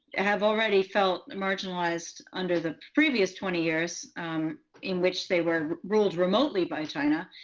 have already felt marginalized under the previous twenty years in which they were ruled remotely by china.